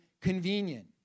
convenient